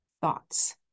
thoughts